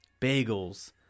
bagels